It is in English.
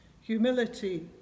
humility